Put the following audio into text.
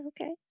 okay